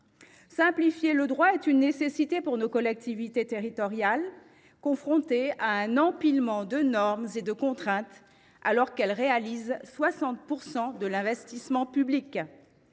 Simplifier le droit est une nécessité pour nos collectivités territoriales qui sont confrontées à un empilement de normes et de contraintes, alors qu’elles réalisent 60 % de l’investissement public.